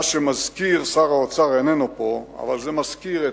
מה שמזכיר, שר האוצר איננו פה, אבל זה מזכיר,